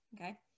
okay